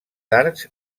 arcs